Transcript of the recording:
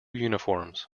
uniforms